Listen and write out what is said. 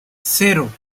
cero